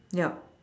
yup